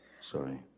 Sorry